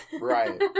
Right